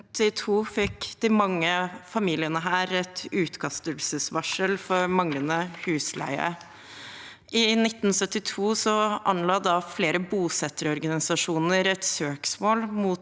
i 1972 fikk de mange familiene her et utkastelsesvarsel for manglende husleie. I 1972 anla flere bosetterorganisasjoner et søksmål